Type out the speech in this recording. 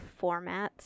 formats